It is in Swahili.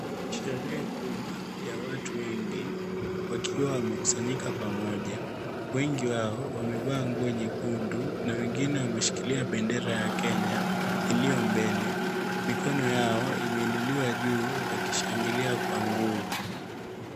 Sherehe kubwa ya watu wengi wakiwa wamekusanyika pamoja. Wengi wao wamevaa nguo nyekundu na wengine wameshikilia bendera ya Kenya iliyo mbele. Mikono yao imeinuliwa juu wakishangilia kwa nguvu.